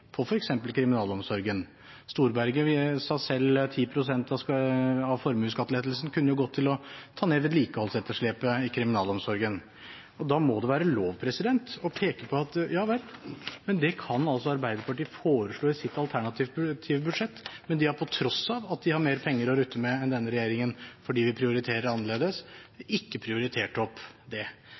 kriminalomsorgen. Storberget sa at 10 pst. av formuesskattlettelsen kunne ha gått til å ta ned vedlikeholdsetterslepet i kriminalomsorgen. Det kan altså Arbeiderpartiet foreslå i sitt alternative budsjett, men da må det være lov å peke på at det er til tross for at de har mer penger å rutte med enn denne regjeringen, fordi vi prioriterer annerledes – vi har ikke prioritert det opp. Det